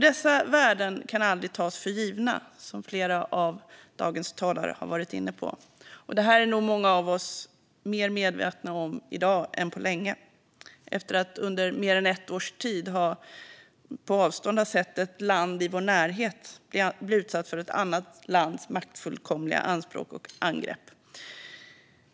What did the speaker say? Dessa värden kan nämligen aldrig tas för givna, som flera av dagens talare har varit inne på. Detta är nog många av oss mer medvetna om i dag än på länge efter att under mer än ett års tid på avstånd ha sett ett land i vår närhet bli utsatt för ett annat lands maktfullkomliga anspråk och angrepp.